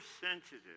sensitive